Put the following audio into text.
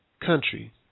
country